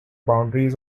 boundaries